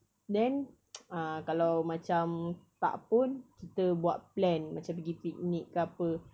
then uh kalau macam tak pun kita buat plan macam pergi picnic ke apa